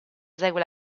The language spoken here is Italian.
esegue